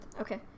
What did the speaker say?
Okay